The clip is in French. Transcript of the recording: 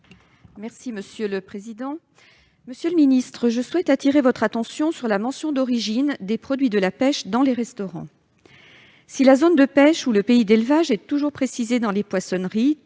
Monsieur le ministre chargé du tourisme, je souhaite attirer votre attention sur la mention d'origine des produits de la pêche dans les restaurants. Si la zone de pêche et le pays d'élevage sont toujours précisés dans les poissonneries,